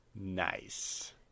Nice